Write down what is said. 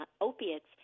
opiates